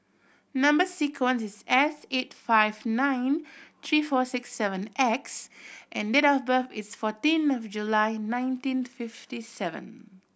number sequence is S eight five nine three four six seven X and date of birth is fourteen of July nineteen fifty seven